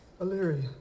O'Leary